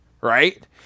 right